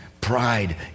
pride